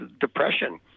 depression